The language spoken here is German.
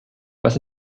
was